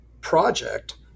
project